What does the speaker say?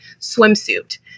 swimsuit